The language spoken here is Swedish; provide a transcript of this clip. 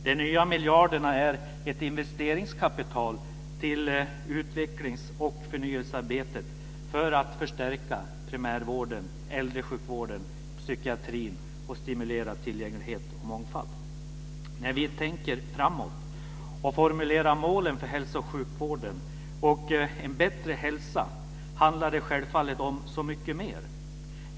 De nya miljarderna är ett investeringskapital till utvecklings och förnyelsearbetet för att förstärka primärvården, äldresjukvården, psykiatrin och stimulera tillgänglighet och mångfald. När vi tänker framåt och formulerar målen för hälso och sjukvården och en bättre hälsa handlar det självfallet om så mycket mer.